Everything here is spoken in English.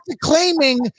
claiming